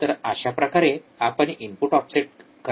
तर अशा प्रकारे आपण इनपुट ऑफसेट करंटची गणना करू शकता